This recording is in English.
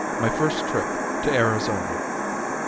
my first trip to arizona